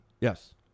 Yes